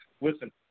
Listen